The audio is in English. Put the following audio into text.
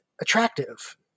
attractive